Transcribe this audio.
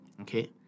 okay